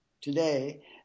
today